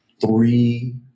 three